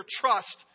trust